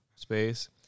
space